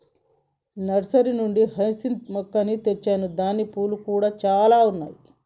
nursery నుండి hyacinth మొక్క తెచ్చాను దానికి పూలు కూడా చాల ఉన్నాయి